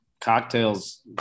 cocktails